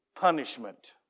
punishment